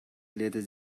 leather